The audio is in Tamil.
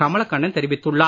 கமலக்கண்ணன் தெரிவித்துள்ளார்